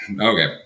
okay